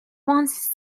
once